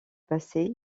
passer